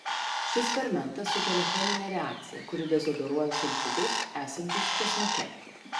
šis fermentas sukelia cheminę reakciją kuri dezodoruoja sulfidus esančius česnake